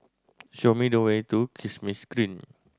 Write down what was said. show me the way to Kismis Green